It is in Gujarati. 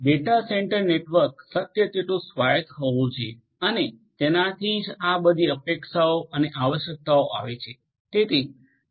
ડેટા સેન્ટર નેટવર્ક શક્ય તેટલું સ્વાયત્ત હોવું જોઈએ અને તેનાથી જ આ બધી અપેક્ષાઓ અને આવશ્યકતાઓ આવે છે